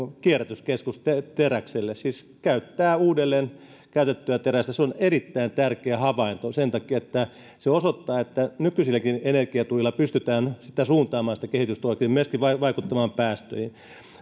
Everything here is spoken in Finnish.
kierrätyskeskus teräkselle siis käyttää uudelleen käytettyä terästä se on erittäin tärkeä havainto sen takia että se osoittaa että nykyisilläkin energiatuilla pystytään suuntaamaan sitä kehitystä oikein ja myöskin vaikuttamaan päästöihin